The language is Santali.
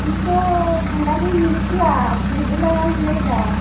ᱤᱧ ᱫᱚ ᱠᱷᱟᱰᱟᱞᱤ ᱱᱤᱨᱤ ᱴᱚᱞᱟ ᱢᱤᱫᱩᱞᱟᱧ ᱞᱟᱹᱭ ᱮᱫᱟ